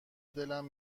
دلم